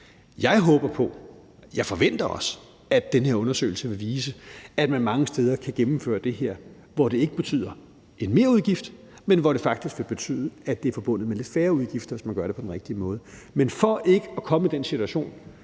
Jeg håber på – og jeg forventer også – at den her undersøgelse vil vise, at man mange steder kan gennemføre det her, så det ikke betyder en merudgift, men så det faktisk kan betyde, at det er forbundet med lidt færre udgifter, hvis man gør det på den rigtige måde. Men for ikke at komme i den situation,